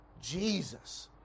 Jesus